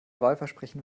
wahlversprechen